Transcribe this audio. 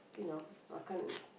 you know I can't